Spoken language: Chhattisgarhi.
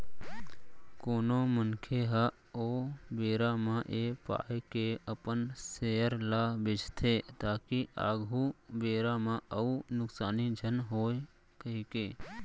कोनो मनखे ह ओ बेरा म ऐ पाय के अपन सेयर ल बेंचथे ताकि आघु बेरा म अउ नुकसानी झन होवय कहिके